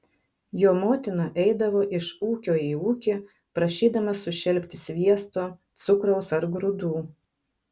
jo motina eidavo iš ūkio į ūkį prašydama sušelpti sviesto cukraus ar grūdų